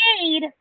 made